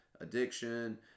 addiction